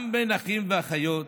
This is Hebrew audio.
גם בין אחים ואחיות,